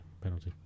penalty